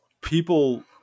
people